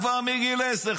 כבר מגיל 10,